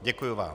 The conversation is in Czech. Děkuju vám.